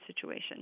situation